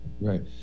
right